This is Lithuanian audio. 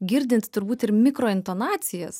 girdint turbūt ir mikrointonacijas